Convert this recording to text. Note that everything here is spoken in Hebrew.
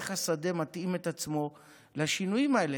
איך השדה מתאים את עצמו לשינויים האלה.